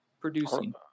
producing